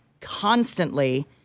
constantly